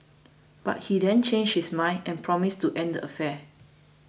but he then changed his mind and promised to end the affair